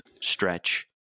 stretch